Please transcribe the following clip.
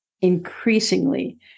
increasingly